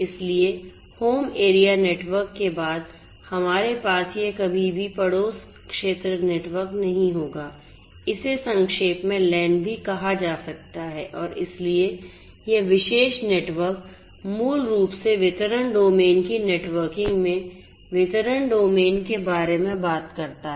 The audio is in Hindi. इसलिए होम एरिया नेटवर्क के बाद हमारे पास यह कभी भी पड़ोस क्षेत्र नेटवर्क नहीं होगा इसे संक्षेप में LAN भी कहा जाता है और इसलिए यह विशेष नेटवर्क मूल रूप से वितरण डोमेन की नेटवर्किंग में वितरण डोमेन के बारे में बात करता है